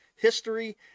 History